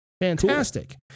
Fantastic